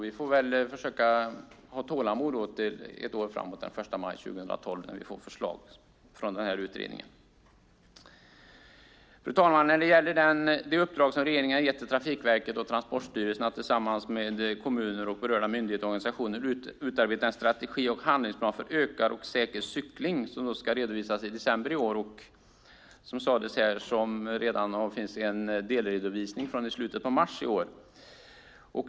Vi får försöka ha tålamod ett år framåt till den 1 maj 2012 när vi får förslag från denna utredning. Fru talman! Regeringen har gett Trafikverket och Transportstyrelsen i uppdrag att tillsammans med kommuner, berörda myndigheter och organisationer utarbeta en strategi och handlingsplan för ökad och säker cykling. Detta arbete ska redovisas i december i år. Som sades här finns det redan en delredovisning från i slutet av mars i år.